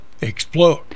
explode